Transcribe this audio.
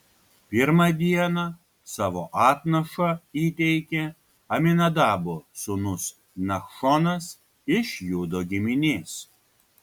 pirmą dieną savo atnašą įteikė aminadabo sūnus nachšonas iš judo giminės